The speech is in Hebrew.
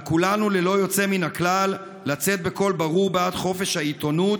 על כולנו ללא יוצא מן הכלל לצאת בקול ברור בעד חופש העיתונות,